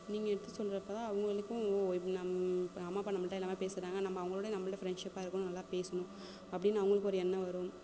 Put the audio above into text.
நீங்கள் எடுத்து சொல்கிறப்ப தான் அவர்களுக்கும் ஓ இப்போ நம்ம இப்போ நம்ம அம்மா அப்பா நம்மள்கிட்ட எல்லாமே பேசுகிறாங்க நம்ம அவங்களோடய நம்மள்ட்ட ஃப்ரெண்ட்ஷிப்பாக இருக்கணும் நல்லா பேசணும் அப்படின்னு அவர்களுக்கும் ஒரு எண்ணம் வரும்